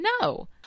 No